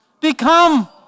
Become